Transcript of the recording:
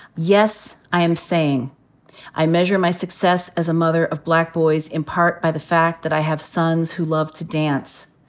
yes, i am saying i measure my success as a mother of black boys in part by the fact that i have sons who love to dance,